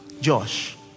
Josh